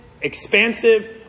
Expansive